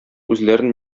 үзләрен